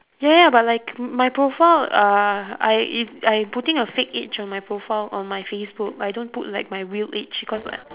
ya ya but like my profile uh I I putting a fake age on my profile on my facebook I don't put like my real age because like